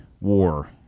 war